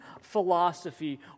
philosophy